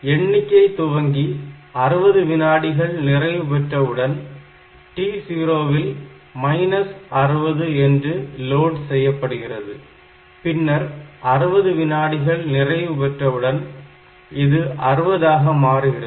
எண்ணிக்கை துவங்கி 60 வினாடிகள் நிறைவு பெற்றவுடன் T0 ல் 60 என்று லோட் செய்யப்படுகிறது பின்னர் 60 வினாடிகள் நிறைவு பெற்றவுடன் இது 60 ஆக மாறுகிறது